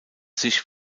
sich